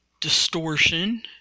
distortion